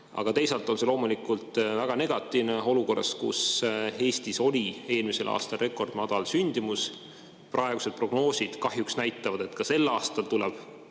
aga teisalt on see loomulikult väga negatiivne olukorras, kus Eestis oli eelmisel aastal rekordmadal sündimus. Praegused prognoosid kahjuks näitavad, et ka sel aastal tuleb